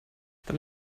dann